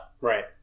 right